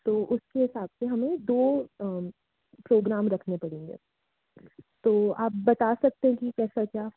तो उसके हिसाब से हमें दो प्रोग्राम रखने पड़ेंगे तो आप बता सकते हैं कि कैसा क्या